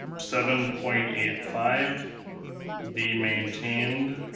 seven point eight five be maintained